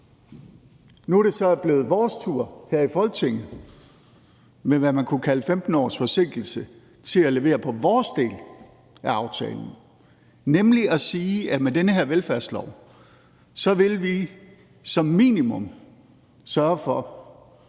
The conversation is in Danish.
Nu er det så blevet vores tur her i Folketinget til – med, hvad man kunne kalde 15 års forsinkelse – at levere på vores del af aftalen, nemlig at sige, at med den her velfærdslov vil vi som minimum sørge for,